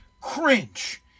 cringe